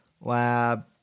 lab